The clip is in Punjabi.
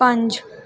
ਪੰਜ